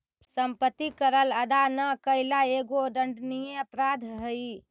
सम्पत्ति कर अदा न कैला एगो दण्डनीय अपराध हई